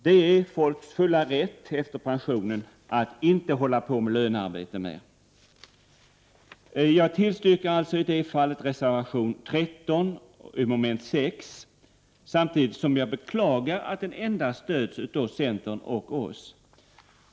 Det är människors fulla rätt att efter uppnådd pensionsålder inte ägna sig åt lönearbete. Jag yrkar bifall till reservation 13 i mom. 6 samtidigt som jag beklagar att reservationen endast stöds av centern och oss.